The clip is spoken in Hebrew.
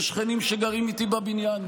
יש שכנים שגרים איתי בבניין,